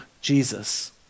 Jesus